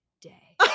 day